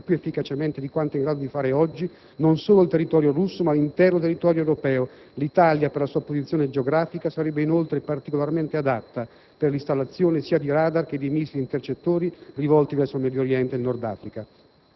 più efficacemente di quanto è in grado di fare oggi, non solo il territorio russo, ma l'intero territorio europeo. L'Italia, per la sua posizione geografica, sarebbe inoltre particolarmente adatta per l'installazione sia di radar che di missili intercettori rivolti verso il Medio Oriente e il Nord Africa.